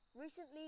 recently